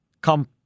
come